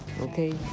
okay